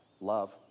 love